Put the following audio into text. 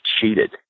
cheated